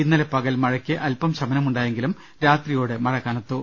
ഇന്നലെ പകൽ മഴയ്ക്ക് അല്പം ശമനമുണ്ടായെങ്കിലും രാത്രിയോടെ മഴ കന ത്തു